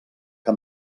que